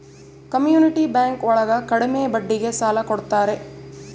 community bank ಒಳಗ ಕಡ್ಮೆ ಬಡ್ಡಿಗೆ ಸಾಲ ಕೊಡ್ತಾರೆ